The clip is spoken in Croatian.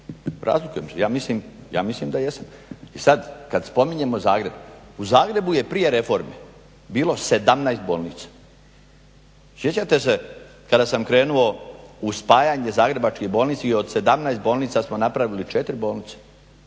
Razlikujemo se, ja mislim da jesam. I sad kad spominjemo Zagreb u Zagrebu je prije reformi bilo 17 bolnica. Sjećate se kada sam krenuo u spajanje zagrebačkih bolnica i od 17 bolnica smo napravili 4 bolnice.